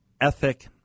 ethic